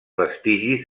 vestigis